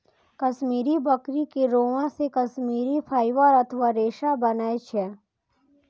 कश्मीरी बकरी के रोआं से कश्मीरी फाइबर अथवा रेशा बनै छै